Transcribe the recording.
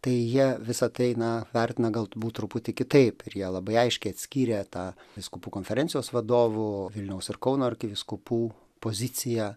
tai jie visa tai na vertina galbūt truputį kitaip ir jie labai aiškiai atskyrė tą vyskupų konferencijos vadovo vilniaus ir kauno arkivyskupų poziciją